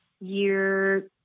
year